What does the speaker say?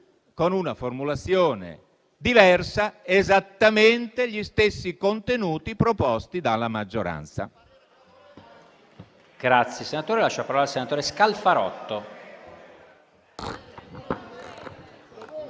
con una formulazione diversa, esattamente gli stessi contenuti proposti dalla maggioranza.